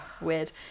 Weird